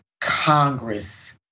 Congress